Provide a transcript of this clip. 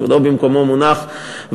כבודו במקומו מונח,